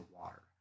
water